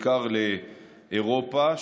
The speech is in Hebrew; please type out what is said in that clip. בעיקר לאירופה,